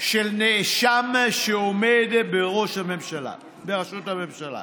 של נאשם שעומד בראשות הממשלה.